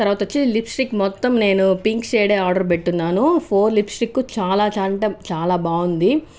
తర్వాత వచ్చి లిప్స్టిక్ మొత్తం నేను పింక్ షేడ్ ఏ ఆర్డర్ పెట్టున్నాను ఫోర్ లిప్స్టిక్ చాలా అంటే చాలా బాగుంది